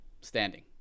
standing